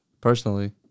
personally